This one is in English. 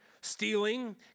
stealing